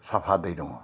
साफा दै दङ